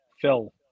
phil